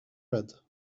red